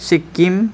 Sikkim